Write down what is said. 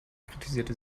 kritisierte